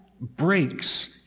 breaks